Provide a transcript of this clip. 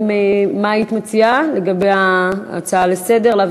מה היית מציעה לגבי ההצעה לסדר-היום,